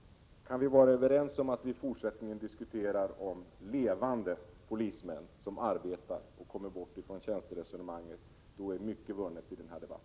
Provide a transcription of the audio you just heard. Kan vi vara överens om att i fortsättningen diskutera om levande polismän, som arbetar, och komma bort från tjänsteresonemanget, då är mycket vunnet i den här debatten.